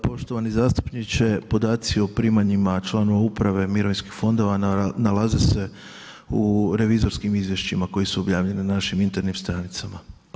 Poštovani zastupniče, podaci o primanjima članova Uprave mirovinskih fondova nalaze se u revizorskim izvješćima koji su objavljeni na našim internim stranicama.